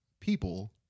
people